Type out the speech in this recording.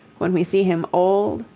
when we see him old,